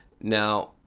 Now